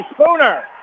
Spooner